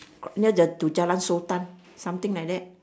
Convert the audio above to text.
near the jalan-sultan something like that